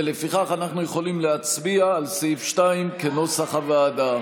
ולפיכך אנחנו יכולים להצביע על סעיף 2 כנוסח הוועדה.